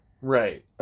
right